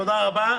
תודה רבה.